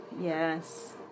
yes